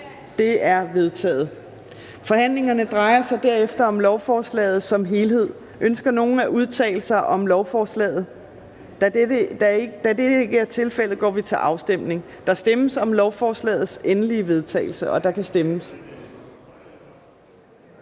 (Trine Torp): Forhandlingen drejer sig derefter om lovforslaget som helhed. Ønsker nogen at udtale sig om lovforslaget? Da dette ikke er tilfældet, går vi til afstemning. Kl. 14:45 Afstemning Fjerde næstformand (Trine Torp): Der stemmes